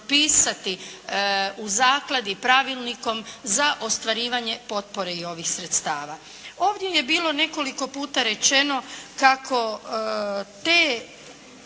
u zakladi pravilnikom za ostvarivanje potpore i ovih sredstava. Ovdje je bilo nekoliko puta rečeno kako te